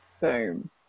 boom